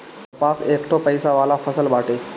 कपास एकठो पइसा वाला फसल बाटे